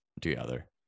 together